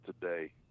today